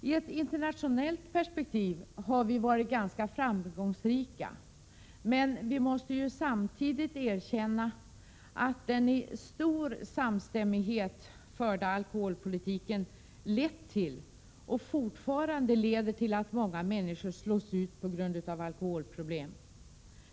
I ett internationellt perspektiv har vi varit ganska framgångsrika, men vi måste ju samtidigt erkänna att den i stor samstämmighet förda alkoholpolitiken lett till och fortfarande leder till att många människor slås ut på grund av alkoholproblem.